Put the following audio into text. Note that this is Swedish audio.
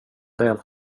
del